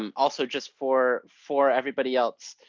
um also just for for everybody else,